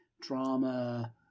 drama